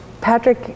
Patrick